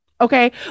okay